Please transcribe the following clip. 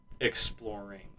exploring